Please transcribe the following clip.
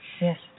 yes